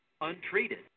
untreated